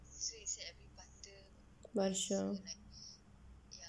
வருஷம்:varusham